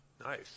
Nice